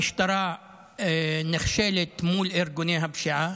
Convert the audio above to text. המשטרה נכשלת מול ארגוני הפשיעה,